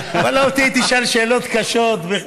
ואללה, אותי תשאל שאלות קשות.